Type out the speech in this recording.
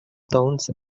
doncs